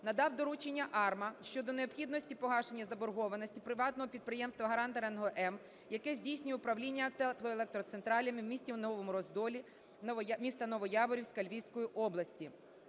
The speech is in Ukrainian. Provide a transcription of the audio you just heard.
надав доручення АРМА щодо необхідності погашення заборгованості приватного підприємства "Гарант Енерго М", яке здійснює управління теплоелектроцентралями у місті у Новому Роздолі,